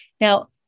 Now